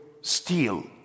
steal